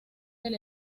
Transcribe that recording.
del